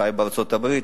חי בארצות-הברית,